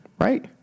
right